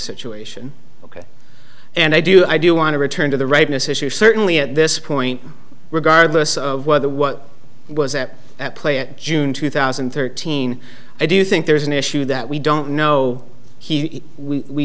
situation ok and i do i do want to return to the rightness issue certainly at this point regardless of whether what was at play at june two thousand and thirteen i do think there is an issue that we don't know he we